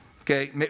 Okay